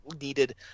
needed